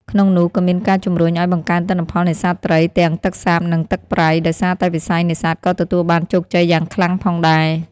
ក្នុងនោះ ក៏មានការជំរុញឱ្យបង្កើនទិន្នផលនេសាទត្រី ទាំងទឹកសាប និងទឹកប្រៃ ដោយសារតែវិស័យនេសាទក៏ទទួលបានជោគជ័យយ៉ាងខ្លាំងផងដែរ។